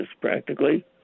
practically